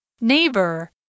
Neighbor